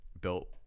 built